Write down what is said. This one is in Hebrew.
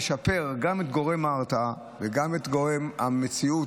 תשפר גם את גורם ההרתעה וגם את גורם המציאות,